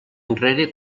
enrere